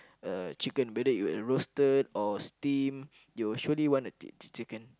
a chicken whether you want roasted or steam you will surely want a chicken